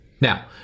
Now